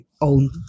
own